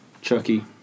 Chucky